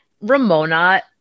Ramona